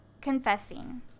confessing